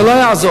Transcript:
זה לא יעזור.